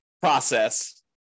process